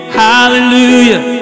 hallelujah